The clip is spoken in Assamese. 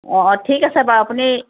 অ অ ঠিক আছে বাৰু আপুনি